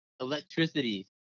electricity